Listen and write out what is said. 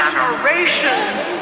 Generations